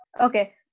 Okay